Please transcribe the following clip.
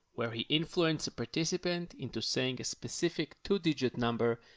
where he influence a participant into saying a specific two-digit number,